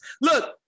look